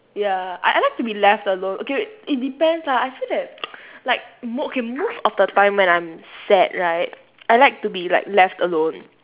ya I I like to be left alone okay wait it depends lah I feel that like mo~ okay most of the time when I'm sad right I like to be like left alone